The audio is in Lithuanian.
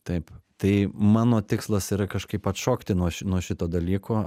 taip tai mano tikslas yra kažkaip atšokti nuo nuo šito dalyko